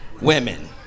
women